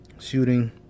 shooting